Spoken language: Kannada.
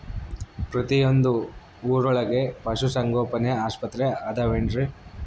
ಪ್ರತಿಯೊಂದು ಊರೊಳಗೆ ಪಶುಸಂಗೋಪನೆ ಆಸ್ಪತ್ರೆ ಅದವೇನ್ರಿ?